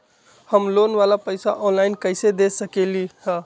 हम लोन वाला पैसा ऑनलाइन कईसे दे सकेलि ह?